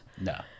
No